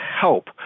help